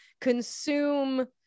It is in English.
consume